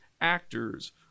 actors